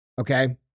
okay